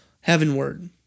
heavenward